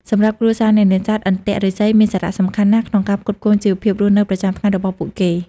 សម្រាប់គ្រួសារអ្នកនេសាទ អន្ទាក់ឫស្សីមានសារៈសំខាន់ណាស់ក្នុងការផ្គត់ផ្គង់ជីវភាពរស់នៅប្រចាំថ្ងៃរបស់ពួកគេ។